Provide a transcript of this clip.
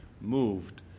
moved